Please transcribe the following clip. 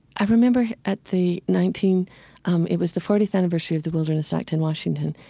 i remember at the nineteen um, it was the fortieth anniversary of the wilderness act in washington.